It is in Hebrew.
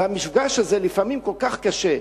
והמפגש הזה לפעמים כל כך קשה.